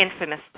infamous